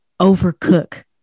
overcook